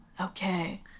Okay